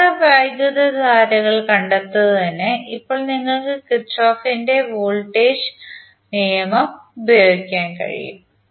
അജ്ഞാത വൈദ്യുതധാരകൾ കണ്ടെത്തുന്നതിന് ഇപ്പോൾ നിങ്ങൾക്ക് കിർചോഫിന്റെ വോൾട്ടേജ് Kirchhoff's voltage law നിയമം പ്രയോഗിക്കാൻ കഴിയും